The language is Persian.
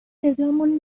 صدامون